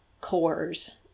cores